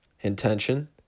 intention